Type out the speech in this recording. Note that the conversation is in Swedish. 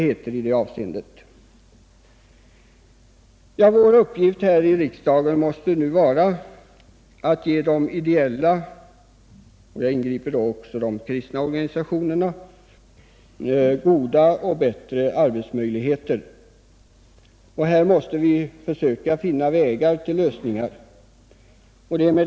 Vår uppgift i riksdagen måste nu vara att ge de ideella — jag inbegriper då också de kristna — organisationerna bättre arbetsmöjligheter. Vi måste försöka finna vägar till lösningar.